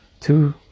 Two